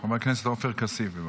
חבר הכנסת עופר כסיף, בבקשה.